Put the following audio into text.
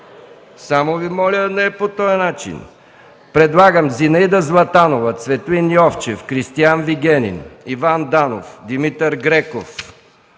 Само, моля, не по този начин. Предлагам Зинаида Златанова, Цветлин Йовчев, Кристиян Вигенин, Иван Данов, Димитър Греков,